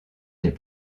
des